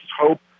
hope